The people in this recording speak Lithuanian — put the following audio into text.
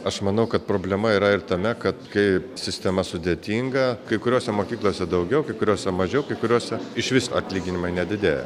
aš manau kad problema yra ir tame kad kai sistema sudėtinga kai kuriose mokyklose daugiau kai kuriose mažiau kai kuriose išvis atlyginimai nedidėja